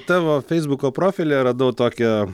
tavo feisbuko profilyje radau tokią